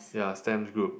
ya stamps group